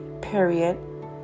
period